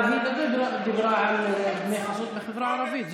אבל היא לא דיברה על דמי חסות בחברה הערבית.